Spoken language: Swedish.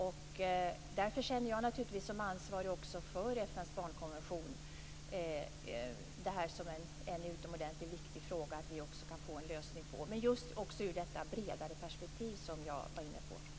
Naturligtvis upplever jag, som ansvarig också för FN:s barnkonvention, det här som en utomordentligt viktig fråga där det gäller att kunna få en lösning, även i det bredare perspektiv som jag var inne på.